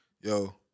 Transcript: yo